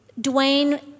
Dwayne